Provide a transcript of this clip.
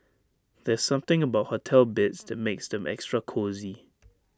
there's something about hotel beds that makes them extra cosy